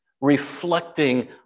Reflecting